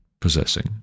possessing